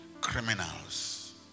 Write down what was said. criminals